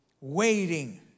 Waiting